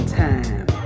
time